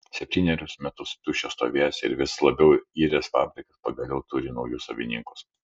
septynerius metus tuščias stovėjęs ir vis labiau iręs fabrikas pagaliau turi naujus savininkus